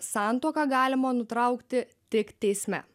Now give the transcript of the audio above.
santuoką galima nutraukti tik teisme